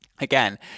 again